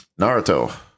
Naruto